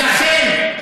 ולכן,